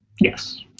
Yes